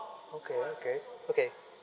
okay okay okay